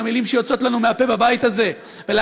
למילים שיוצאות לנו מהפה בבית הזה ולהצהרות